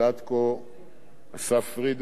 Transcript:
אסף פרידמן סגנו,